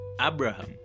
Abraham